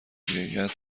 بیاد